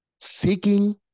seeking